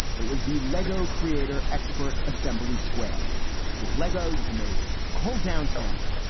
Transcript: it was the lego creator expert assembly square with lego. you can make a whole downtown,